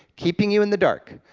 keeping you in the dark,